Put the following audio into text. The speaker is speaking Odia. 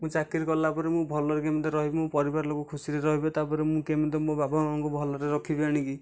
ମୁଁ ଚାକିରି କଲାପରେ ମୁଁ ଭଲରେ କେମିତି ରହିବି ମୁଁ ପରିବାର ଲୋକ ଖୁସିରେ ରହିବେ ତାପରେ ମୁଁ କେମିତି ମୋ ବାପା ମା'ଙ୍କୁ ଭଲରେ ରଖିବି ଆଣିକି